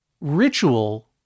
ritual